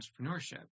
entrepreneurship